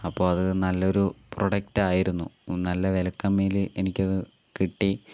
അപ്പോൾ അത് നല്ല ഒരു പ്രോഡക്റ്റ് ആയിരുന്നു നല്ല വില കമ്മിയില് എനിക്ക് അത് കിട്ടി